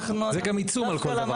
זה גם עיצום על כל דבר כזה.